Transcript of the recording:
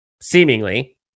seemingly